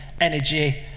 energy